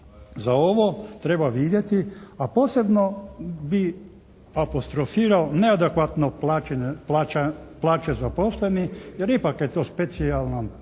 za ovo treba vidjeti. A posebno bi apostrofirao neadekvatno plaće zaposlenih jer ipak je to specijalan posao.